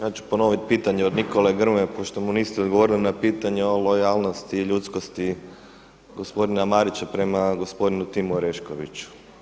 Ja ću ponoviti pitanje od Nikole Grmoje pošto mu niste odgovorili na pitanje o lojalnosti i ljudskosti gospodina Marića prema gospodinu Timu Oreškoviću.